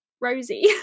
Rosie